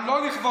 גם לא לכבודך.